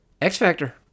X-Factor